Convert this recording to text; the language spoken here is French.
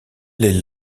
les